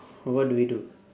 what do we do